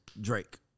Drake